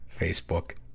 Facebook